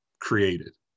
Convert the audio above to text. created